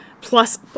plus